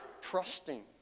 trusting